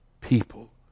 people